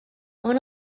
own